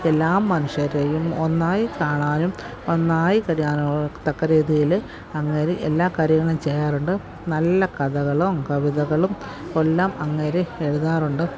എല്ലാ മനുഷ്യരെയും ഒന്നായിക്കാണാനും ഒന്നായി കഴിയാനും തക്കരീതിയിൽ അങ്ങേര് എല്ലാ കാര്യങ്ങളും ചെയ്യാറുണ്ട് നല്ല കഥകളും കവിതകളും എല്ലാം അങ്ങേര് എഴുതാറുണ്ട്